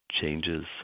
changes